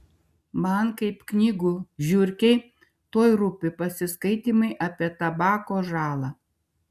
man kaip knygų žiurkei tuoj rūpi pasiskaitymai apie tabako žalą